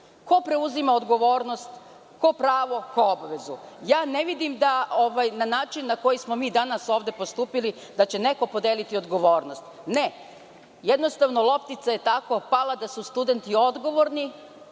Ko preuzima odgovornost, ko pravo, ko obavezu? Ne vidim, na način na koji smo mi danas ovde postupili, da će neko podeliti odgovornost. Ne, jednostavno loptica je tako pala da su studenti odgovorni